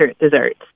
desserts